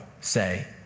say